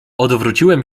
odwróciłem